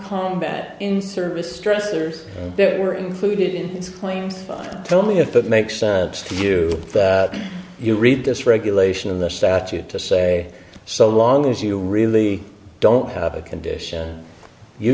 combat in service stressors that were included in its claims tell me if that makes sense to you you read this regulation in the statute to say so long as you really don't have a condition you